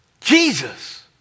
Jesus